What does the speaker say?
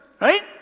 right